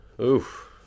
Oof